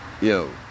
Yo